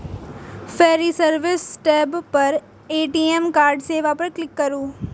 फेर ई service tab पर ए.टी.एम कार्ड सेवा पर क्लिक करू